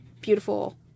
beautiful